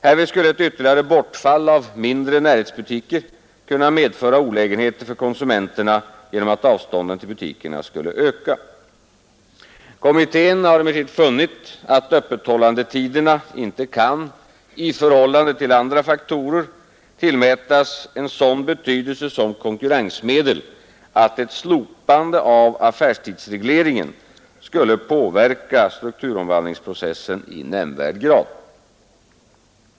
Härvid skulle ett ytterligare bortfall av mindre närhetsbutiker kunna medföra olägenheter för konsumenterna genom att avstånden till butikerna skulle öka. Kommittén har emellertid funnit att öppethållandetiderna inte kan, i förhållande till andra faktorer, tillmätas sådan betydelse som konkurrensmedel att ett slopande av affärstidsregleringen skulle påverka strukturomvandlingsprocessen i nämnvärd grad.